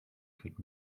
could